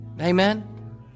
Amen